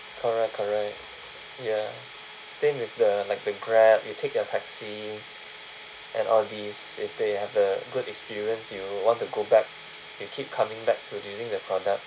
correct correct ya same with the like the grab you take the taxi and all these if they have the good experience you want to go back you keep coming back to using the product